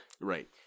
Right